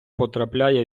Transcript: потрапляє